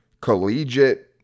collegiate